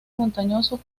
montañoso